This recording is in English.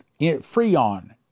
Freon